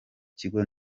kigo